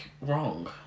wrong